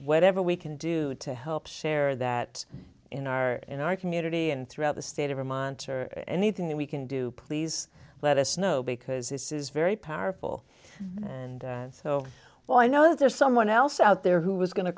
whatever we can do to help share that in our in our community and throughout the state of vermont or anything that we can do please let us know because this is very powerful and so well i know there's someone else out there who is going to